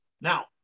Now